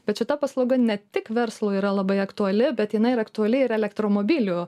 bet šita paslauga ne tik verslui yra labai aktuali bet jinai ir aktuali ir elektromobilių